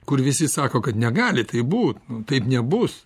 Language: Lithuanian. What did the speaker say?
kur visi sako kad negali taip būt nu taip nebus